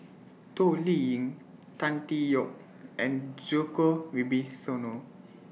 Toh Liying Tan Tee Yoke and Djoko Wibisono